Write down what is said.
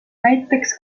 näiteks